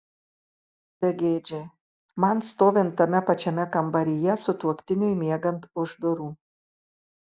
begėdžiai man stovint tame pačiame kambaryje sutuoktiniui miegant už durų